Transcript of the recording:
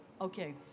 Okay